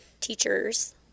teachers